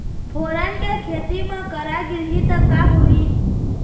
फोरन के खेती म करा गिरही त का होही?